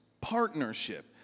partnership